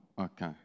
Okay